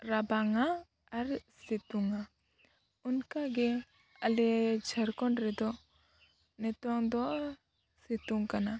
ᱨᱟᱵᱟᱝᱟ ᱟᱨ ᱥᱤᱛᱩᱝᱟ ᱚᱱᱟᱠᱟᱜᱮ ᱟᱞᱮ ᱡᱷᱟᱲᱠᱷᱚᱸᱰ ᱨᱮᱫᱚ ᱱᱤᱛᱳᱝ ᱫᱚ ᱥᱤᱛᱩᱝ ᱠᱟᱱᱟ